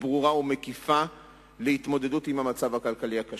ברורה ומקיפה להתמודדות עם המצב הכלכלי הקשה,